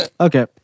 Okay